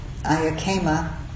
Ayakema